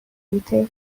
بوته